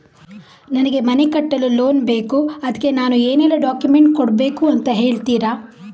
ನನಗೆ ಮನೆ ಕಟ್ಟಲು ಲೋನ್ ಬೇಕು ಅದ್ಕೆ ನಾನು ಏನೆಲ್ಲ ಡಾಕ್ಯುಮೆಂಟ್ ಕೊಡ್ಬೇಕು ಅಂತ ಹೇಳ್ತೀರಾ?